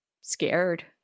scared